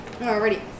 Alrighty